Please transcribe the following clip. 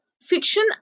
fiction